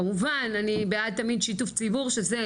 כמובן, אני בעד תמיד שיתוף ציבור שזה